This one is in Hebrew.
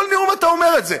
כל נאום אתה אומר את זה.